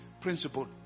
principle